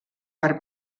per